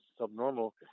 subnormal